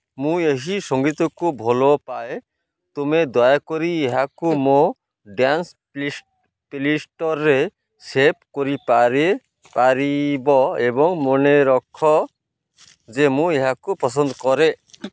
ମୁଁ ଏହି ସଙ୍ଗୀତକୁ ଭଲ ପାଏ ତୁମେ ଦୟାକରି ଏହାକୁ ମୋ ଡ୍ୟାନ୍ସ ପ୍ଲେଲିଷ୍ଟରେ ସେଭ୍ କରିପାରିବ ଏବଂ ମନେରଖ ଯେ ମୁଁ ଏହାକୁ ପସନ୍ଦ କରେ